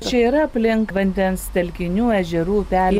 čia yra aplink vandens telkinių ežerų upel